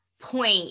point